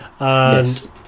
Yes